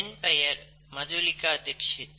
என் பெயர் மதுலிகா டிக்சிட்